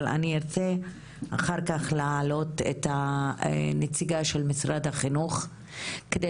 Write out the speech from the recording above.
אני ארצה אחר כך להעלות את הנציגה של משרד החינוך על מנת שנוכל